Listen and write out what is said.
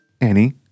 Annie